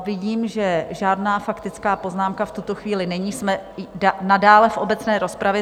Vidím, že žádná faktická poznámka v tuto chvíli není, jsme nadále v obecné rozpravě.